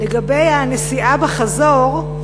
לגבי הנסיעה בחזור,